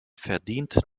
verdient